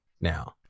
now